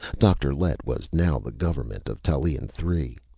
dr. lett was now the government of tallien three.